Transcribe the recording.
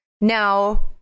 Now